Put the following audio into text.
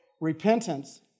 Repentance